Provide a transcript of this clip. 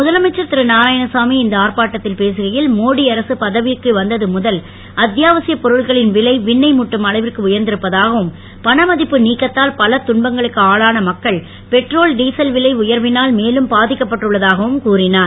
முதலமைச்சர் திரு நாராயணசாமி இந்த ஆர்ப்பாட்டத்தில் பேசுகையில் மோடி அரசு பதவிற்கு வந்தது முதல் அத்தியாவசியப் பொருட்களின் விலை விண்ணை முட்டும் அளவிற்கு உயர்ந்திருப்பதாகவும் பண மதிப்பு நீக்கத்தால் பல துன்பங்களுக்கு ஆளான மக்கள் பெட்ரோல் டீசல் விலை உயர்வினால் மேலும் பாதிக்கப்பட்டுள்ளதாகக் கூறினார்